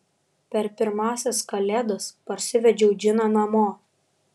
per pirmąsias kalėdas parsivedžiau džiną namo